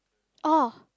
orh